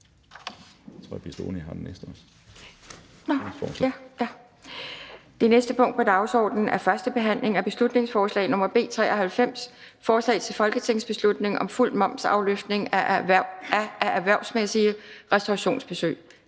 Det næste punkt på dagsordenen er: 4) 1. behandling af beslutningsforslag nr. B 93: Forslag til folketingsbeslutning om fuld momsafløftning af erhvervsmæssige restaurationsbesøg.